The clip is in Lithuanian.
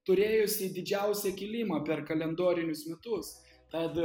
turėjusi didžiausią kilimą per kalendorinius metus tad